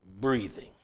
breathing